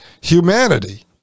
humanity